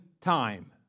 time